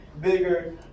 bigger